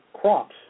crops